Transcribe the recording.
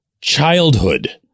childhood